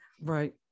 Right